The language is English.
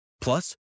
Plus